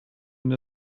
and